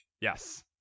Yes